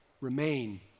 Remain